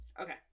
Okay